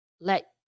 let